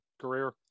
career